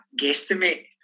guesstimate